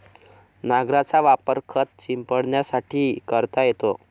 नांगराचा वापर खत शिंपडण्यासाठी करता येतो